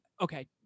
okay